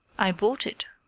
i bought it,